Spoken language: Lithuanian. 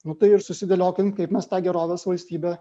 nu tai ir susidėliokim kaip mes tą gerovės valstybę